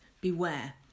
beware